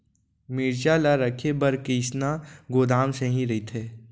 मिरचा ला रखे बर कईसना गोदाम सही रइथे?